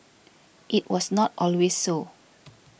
it was not always so